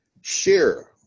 share